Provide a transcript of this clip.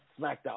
SmackDown